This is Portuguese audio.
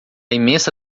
imensa